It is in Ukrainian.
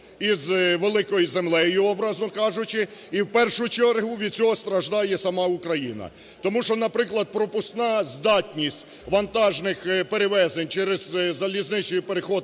і в першу чергу від цього страждає сама Україна. Тому що, наприклад, пропускна здатність вантажних перевезень через залізничний перехід